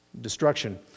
Destruction